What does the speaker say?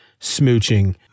smooching